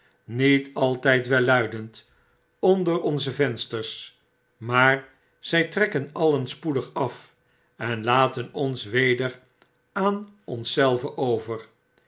niet altijd wel luidend onder onze vensters maar zij trekken alien spoedig af en laten ons weder aan ons zelven over